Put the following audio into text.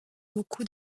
beaucoup